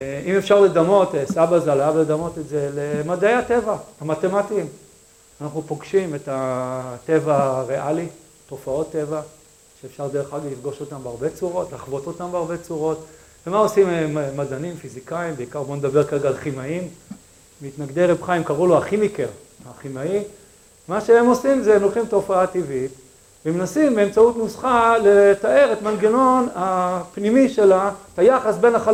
אה... אם אפשר לדמות, אה... סבא ז"ל אהב לדמות את זה למדעי הטבע המתמטיים. אנחנו פוגשים את הטבע הריאלי, תופעות טבע, שאפשר דרך אגב לפגוש אותם בהרבה צורות, לחוות אותם בהרבה צורות. ומה עושים מדענים, פיזיקאים, בעיקר בוא נדבר כרגע על כימאים, מתנגדי רב חיים, קראו לו הכימיקר, הכימאי. מה שהם עושים, זה הם לוקחים את תופעה טבעית ומנסים באמצעות נוסחה לתאר את מנגנון הפנימי שלה, את היחס בין החל...